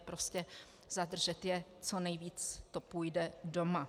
Prostě zadržet je, co nejvíc to půjde, doma.